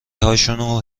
هاشونو